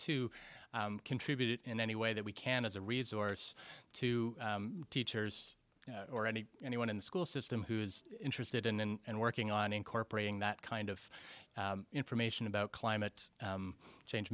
to contribute in any way that we can as a resource to teachers or any anyone in the school system who is interested in and working on incorporating that kind of information about climate change